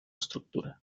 estructura